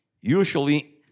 Usually